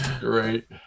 Great